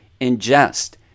ingest